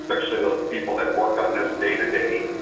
especially those people that work on this day to day,